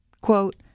Quote